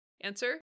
answer